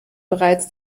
bereits